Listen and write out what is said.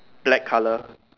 black color